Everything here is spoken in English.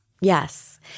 Yes